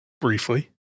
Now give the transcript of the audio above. Briefly